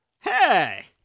Hey